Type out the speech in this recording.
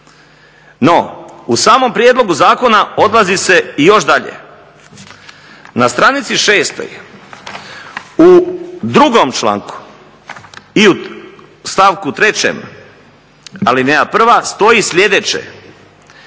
No u samom prijedlogu zakona odlazi se još dalje. Na stranici 6 u 2. članku u stavku 3. alineja 1. stoji sljedeće.